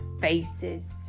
faces